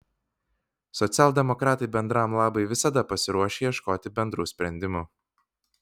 socialdemokratai bendram labui visada pasiruošę ieškoti bendrų sprendimų